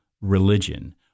religion